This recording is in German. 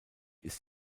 ist